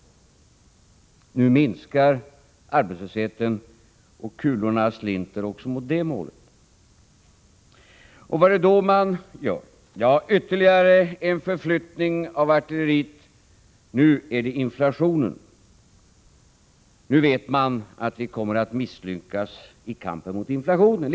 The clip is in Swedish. Nu minskar arbetslösheten, och kulorna slinter också mot det målet. Vad gör de borgerliga då? Jo, ytterligare en förflyttning av artilleriet. Nu gäller det inflationen. I dag vet de borgerliga att vi kommer att misslyckas i kampen mot inflationen.